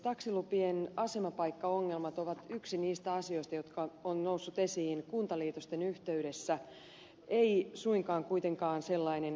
taksilupien asemapaikkaongelmat ovat yksi niistä asioista jotka ovat nousseet esiin kuntaliitosten yhteydessä ei suinkaan kuitenkaan ainoa